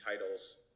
titles